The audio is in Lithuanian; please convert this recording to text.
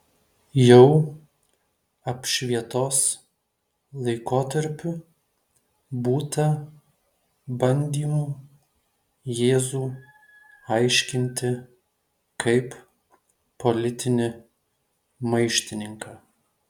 jau apšvietos laikotarpiu būta bandymų jėzų aiškinti kaip politinį maištininką